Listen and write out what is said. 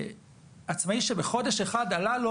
עצמאי שבחודש אחד עלה לו,